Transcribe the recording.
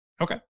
Okay